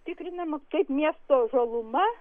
tikrinama kaip miesto žaluma